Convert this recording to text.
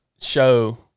show